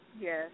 Yes